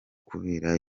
kubera